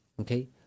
okay